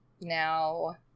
Now